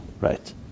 Right